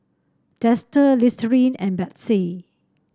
Dester Listerine and Betsy